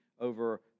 over